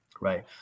Right